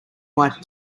white